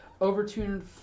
Overtuned